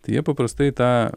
tai jie paprastai tą